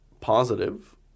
positive